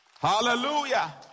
Hallelujah